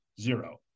zero